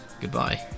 goodbye